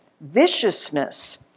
viciousness